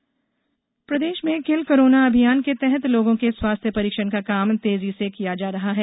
corona kill प्रदेष में kill corona अभियान के तहत लोगों के स्वास्थ्य परीक्षण का काम तेजी से किया जा रहा है